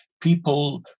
people